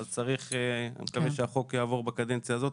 אז אני מקווה שהחוק יעבור בקדנציה זאת,